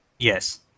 Yes